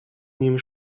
nim